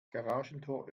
garagentor